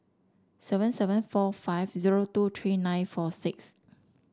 seven seven four five zero two three nine four six